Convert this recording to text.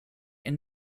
and